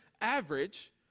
average